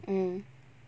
mm